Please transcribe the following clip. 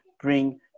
bring